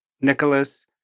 Nicholas